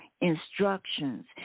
instructions